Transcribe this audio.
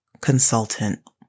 consultant